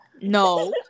No